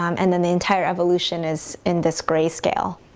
um and then the entire evolution is in this grey scale.